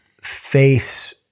face